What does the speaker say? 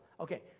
Okay